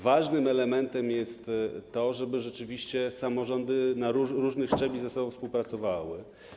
Ważnym elementem jest to, żeby rzeczywiście samorządy różnych szczebli ze sobą współpracowały.